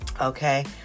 Okay